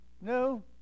No